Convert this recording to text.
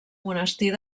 monestir